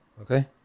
Okay